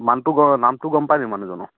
মানটো নামটো গম পাইনি মানুহজনৰ